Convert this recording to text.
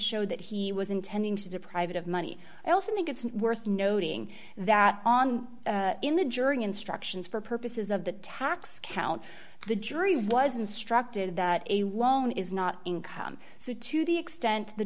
show that he was intending to deprive it of money i also think it's worth noting that on in the jury instructions for purposes of the tax count the jury was instructed that a loan is not income so to the extent the